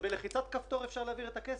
בלחיצת כפתור אפשר להעביר את הכסף.